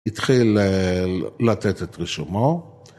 התחיל לתת את רשומו.